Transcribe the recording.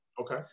Okay